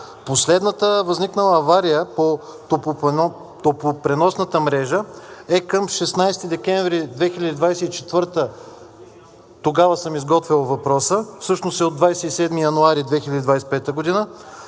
Последната възникнала авария по топлопреносната мрежа е към 16 декември 2024 г. – тогава съм изготвял въпроса, всъщност е от 27 януари 2025 г.,